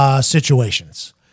situations